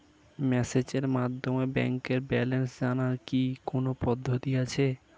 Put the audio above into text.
মেসেজের মাধ্যমে ব্যাংকের ব্যালেন্স জানার কি কোন পদ্ধতি আছে?